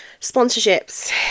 sponsorships